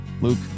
Luke